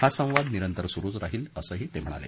हा संवाद निरंतर सुरूच राहील असंही ते म्हणाले